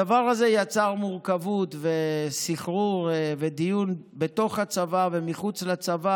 הדבר הזה יצר מורכבות וסחרור ודיון בתוך הצבא ומחוץ לצבא